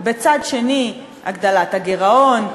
בצד השני הגדלת הגירעון,